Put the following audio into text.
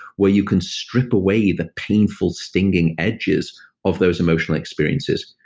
where you can strip away the painful, stinging edges of those emotional experiences,